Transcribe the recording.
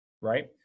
right